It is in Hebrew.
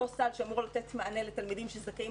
אותו סל שאמור לתת מענה לתלמידים שזכאים